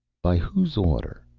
by whose order?